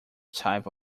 type